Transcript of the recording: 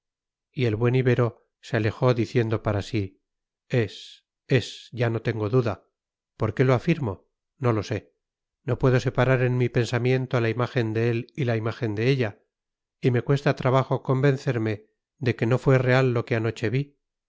y el buen ibero se alejó diciendo para sí es es ya no tengo duda por qué lo afirmo no lo sé no puedo separar en mi pensamiento la imagen de él y la imagen de ella y me cuesta trabajo convencerme de que no fue real lo que anoche vi